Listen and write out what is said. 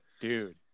Dude